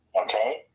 okay